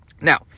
Now